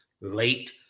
late